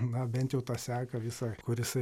na bent jau tą seką visą kur jisai